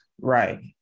Right